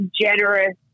generous